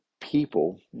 people